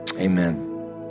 Amen